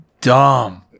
Dumb